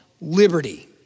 liberty